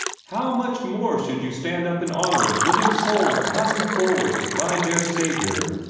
how much more should you stand up in honor of living souls passing forward to find their saviour!